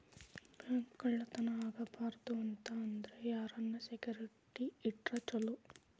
Bank ಕಳ್ಳತನಾ ಆಗ್ಬಾರ್ದು ಅಂತ ಅಂದ್ರ ಯಾರನ್ನ ಸೆಕ್ಯುರಿಟಿ ಇಟ್ರ ಚೊಲೊ?